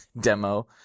demo